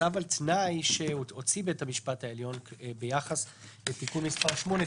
הצו על תנאי שהוציא בית המשפט העליון ביחס לתיקון מס' 8,